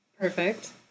Perfect